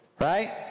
Right